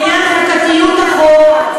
בעניין חוקתיות החוק,